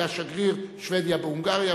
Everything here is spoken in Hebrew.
היה שגריר שבדיה בהונגריה,